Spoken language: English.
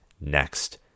next